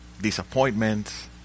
disappointments